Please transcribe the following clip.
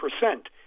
percent